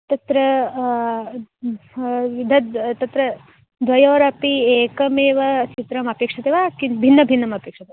तत्र तद् तत्र द्वयोरपि एकमेव चित्रमपेक्ष्यते वा किं भिन्नभिन्नमपेक्ष्यते